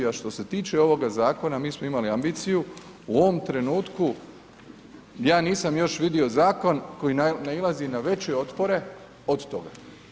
A što se tiče ovoga zakona, mi smo imali ambiciju u ovom trenutku ja nisam još vidio zakon koji nailazi na veće otpore od toga.